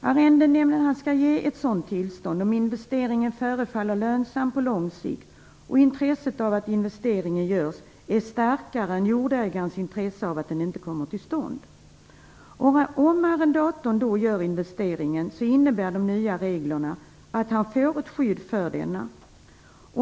Arrendenämnden skall ge ett sådant tillstånd om investeringen förefaller lönsam på lång sikt och intresset av att investeringen görs är starkare än jordägarens intresse av att den inte kommer till stånd. Om arrendatorn då gör investeringen innebär de nya reglerna att han får ett skydd för denna investering.